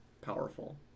powerful